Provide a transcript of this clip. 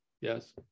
Yes